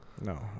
No